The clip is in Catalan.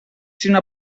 sinó